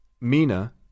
Mina